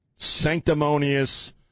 Sanctimonious